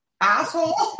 asshole